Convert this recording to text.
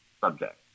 subject